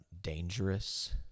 dangerous